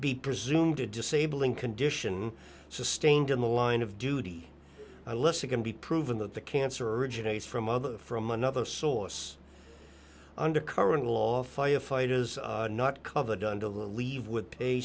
be presumed to disabling condition sustained in the line of duty unless it can be proven that the cancer originates from other from another source under current law firefighters not covered under the leave with a